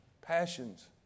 passions